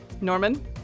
Norman